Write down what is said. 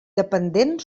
dependent